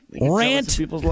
Rant